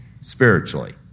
spiritually